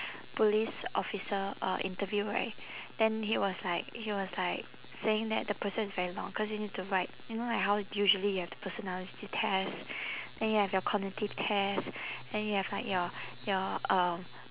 police officer uh interview right then he was like he was like saying that the process is very long cause you need to write you know like how usually you have the personality test then you have your cognitive test then you have like your your um